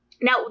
now